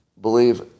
believe